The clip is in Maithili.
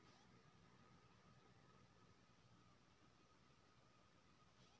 कीट पर काबू के लेल कपास में प्रयुक्त फेरोमोन जाल की होयत छै?